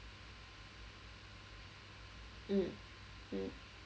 mm mm